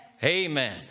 Amen